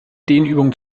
dehnübungen